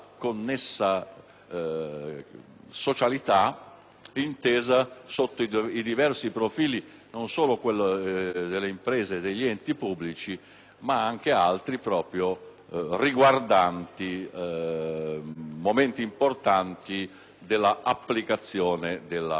socialità, intesa sotto diversi profili, non solo quello delle imprese e degli enti pubblici, ma anche altri, riguardanti momenti importanti dell'applicazione della nostra Costituzione.